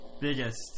biggest